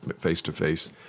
face-to-face